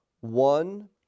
one